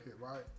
right